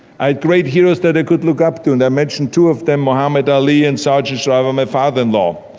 i had great heroes that i could look up to and i mentioned two of them muhammad ali and sargent shriver, my father-in-law.